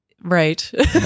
Right